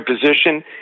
position